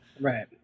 Right